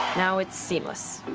now it's seamless.